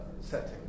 setting